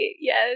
Yes